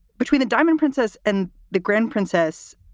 between the diamond princess and the grand princess.